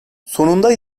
sonunda